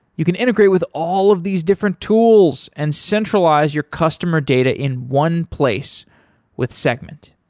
you can integrate with all of these different tools and centralize your customer data in one place with segment.